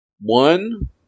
one